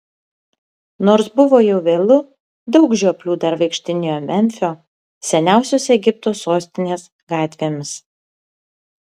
nors buvo jau vėlu daug žioplių dar vaikštinėjo memfio seniausios egipto sostinės gatvėmis